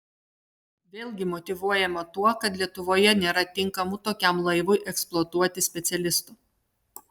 vėlgi motyvuojama tuo kad lietuvoje nėra tinkamų tokiam laivui eksploatuoti specialistų